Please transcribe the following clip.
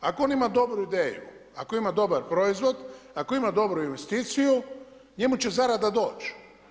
Ako on ima dobru ideju, ako ima dobar proizvod, ako ima dobru investiciju, njemu će zarada doći.